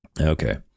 Okay